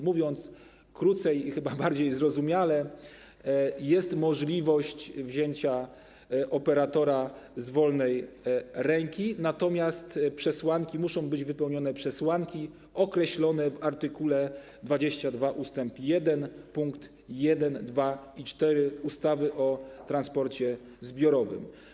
Mówiąc krócej i chyba bardziej zrozumiale: jest możliwość wzięcia operatora z wolnej ręki, natomiast muszą być wypełnione przesłanki określone w art. 22 ust. 1 pkt 1, 2 i 4 ustawy o transporcie zbiorowym.